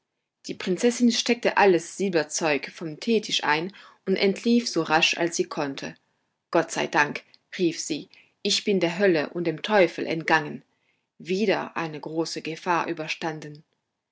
die prinzessin steckte alles silberzeug vom teetisch ein und entlief so rasch als sie konnte gott sei dank rief sie ich bin der hölle und dem teufel entgangen wieder eine große gefahr überstanden